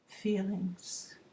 Feelings